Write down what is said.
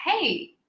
hey